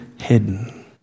hidden